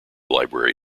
library